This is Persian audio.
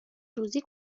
روزی